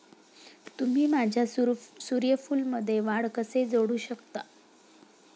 तुम्ही माझ्या सूर्यफूलमध्ये वाढ कसे जोडू शकता?